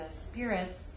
spirits